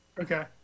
Okay